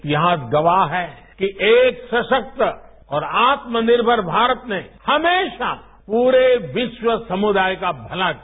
इतिहास गवाह है कि एक सशक्त और आत्मनिर्मर भारत ने हमेशा पूरे विश्व समुदाय का भला किया है